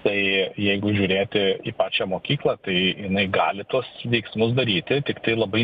tai jeigu žiūrėti į pačią mokyklą tai jinai gali tuos veiksmus daryti tiktai labai